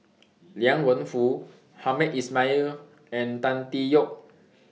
Liang Wenfu Hamed Ismail and Tan Tee Yoke